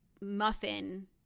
muffin